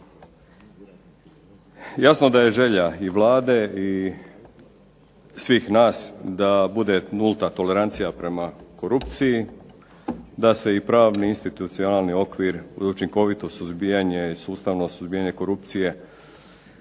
Jasno da je želja i Vlade i nas da bude nulta tolerancija prema korupciji, da se pravni i institucionalni okvir sustavno suzbijanje korupcije